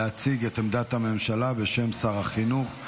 להציג את עמדת הממשלה בשם שר החינוך.